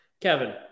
Kevin